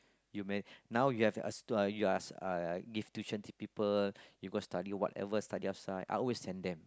you may now you have uh you are uh you give tuition to people you go study whatever study outside I always send them